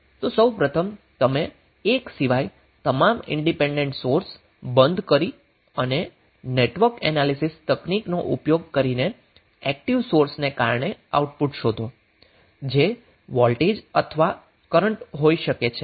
તો સૌપ્રથમ તમે એક સિવાય તમામ ઇન્ડિપેન્ડન્ટ સોર્સ બંધ કરી અને નેટવર્ક એનાલીસીસ તકનીકનો ઉપયોગ કરીને એક્ટિવ સોર્સ ને કારણે આઉટપુટ શોધો જે વોલ્ટેજ અથવા કરન્ટ હોઇ શકે છે